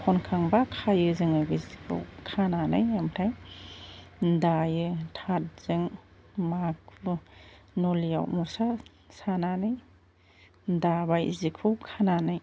खनखांबा खायो जोङो बे सिखौ खानानै ओमफ्राय दायो थाथ जों माखु नलियाव मुस्रा सानानै दाबाय सिखौ खानानै